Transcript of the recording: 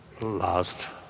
last